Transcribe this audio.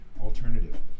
Alternative